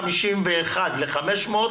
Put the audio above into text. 251 ל-500,